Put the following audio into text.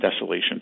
desolation